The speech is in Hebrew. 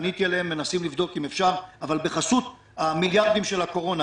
פניתי אליהם והם מנסים לבדוק אם אפשר בחסות המיליארדים של הקורונה.